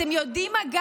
אתם יודעים מה,